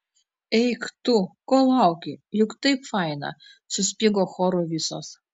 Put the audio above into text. eik tu ko lauki juk taip faina suspigo choru visos